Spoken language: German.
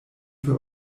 für